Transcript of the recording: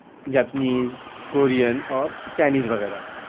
Japanese Korean اور Chinese وغیرہ